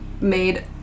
made